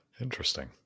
Interesting